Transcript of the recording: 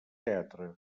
teatre